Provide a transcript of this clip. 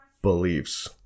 beliefs